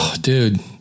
Dude